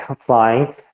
flying